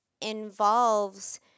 involves